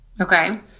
Okay